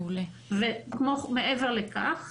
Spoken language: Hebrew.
מעבר לכך,